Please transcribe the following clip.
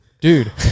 dude